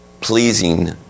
pleasing